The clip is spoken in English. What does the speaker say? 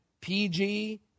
PG